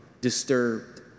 disturbed